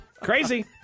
Crazy